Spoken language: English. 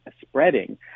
spreading